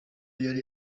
yari